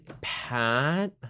Pat